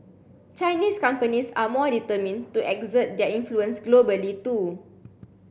Chinese companies are more determined to exert their influence globally too